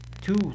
two